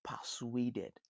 persuaded